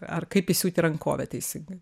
ar kaip įsiūti rankovę teisingai